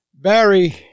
Barry